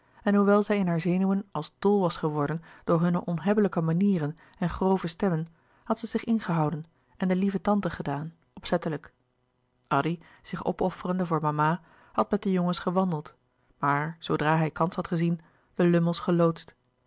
en hoewel zij in haar zenuwen als dol was geworden door hunne onhebbelijke manieren en grove stemmen had zij zich ingehouden en de lieve tante gedaan opzettelijk addy zich opofferende voor mama had met de louis couperus de boeken der kleine zielen jongens gewandeld maar zoodra hij kans had gezien de lummels geloodsd